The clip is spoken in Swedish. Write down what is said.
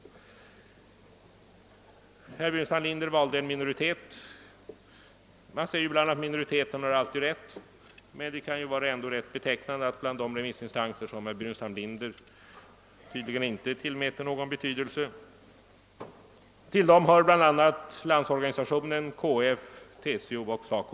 Herr Burenstam Linder valde att åberopa en minoritet, och det sägs ju ibland att minoriteten alltid har rätt. Det är emellertid betecknande att bland de remissinstanser som herr Burenstam Linder tydligen inte tillmäter någon betydelse och som varit positiva till förslaget om ett förvaltningbolag ingår bland andra Landsorganisationen, Kooperativa förbundet, TCO och SACO.